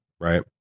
right